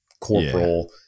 corporal